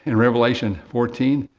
and revelation fourteen,